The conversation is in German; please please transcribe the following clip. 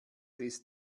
ist